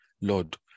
Lord